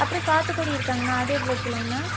அப்புறம் சாத்துக்குடி இருக்காங்ண்ணா அது எவ்வளோ கிலோங்ண்ணா